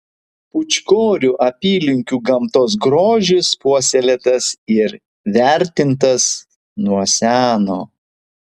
pūčkorių apylinkių gamtos grožis puoselėtas ir vertintas nuo seno